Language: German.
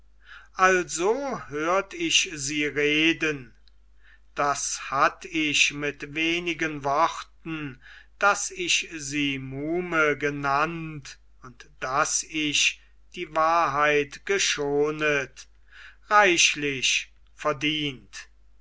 also hört ich sie reden das hatt ich mit wenigen worten daß ich sie muhme genannt und daß ich die wahrheit geschonet reichlich verdient